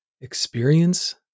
experience